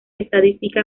estadística